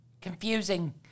confusing